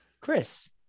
chris